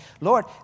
Lord